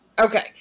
Okay